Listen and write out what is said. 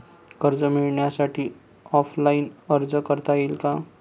कर्ज मिळण्यासाठी ऑफलाईन अर्ज करता येईल का?